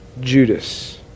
Judas